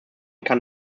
kann